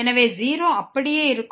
எனவே 0 அப்படியே இருக்கும்